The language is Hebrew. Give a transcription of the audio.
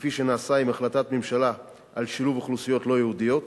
כפי שנעשה עם החלטת ממשלה על שילוב אוכלוסיות לא-יהודיות,